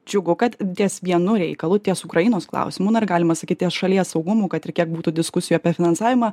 džiugu kad ties vienu reikalu ties ukrainos klausimu na ir galima sakyti ties šalies saugumu kad ir kiek būtų diskusijų apie finansavimą